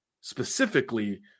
specifically